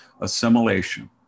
Assimilation